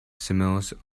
smells